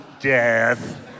Death